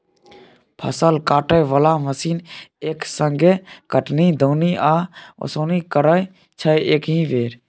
फसल काटय बला मशीन एक संगे कटनी, दौनी आ ओसौनी करय छै एकहि बेर